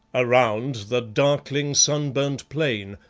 around the darkling, sunburnt plain.